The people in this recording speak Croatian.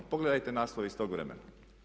Pogledajte naslove iz tog vremena.